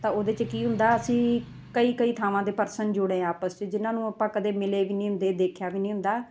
ਤਾਂ ਉਹਦੇ 'ਚ ਕੀ ਹੁੰਦਾ ਅਸੀਂ ਕਈ ਕਈ ਥਾਵਾਂ ਦੇ ਪਰਸਨ ਜੁੜੇ ਆਪਸ 'ਚ ਜਿਹਨਾਂ ਨੂੰ ਆਪਾਂ ਕਦੇ ਮਿਲੇ ਵੀ ਨਹੀਂ ਹੁੰਦੇ ਦੇਖਿਆ ਵੀ ਨਹੀਂ ਹੁੰਦਾ